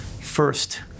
first